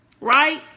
right